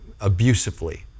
abusively